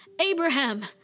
Abraham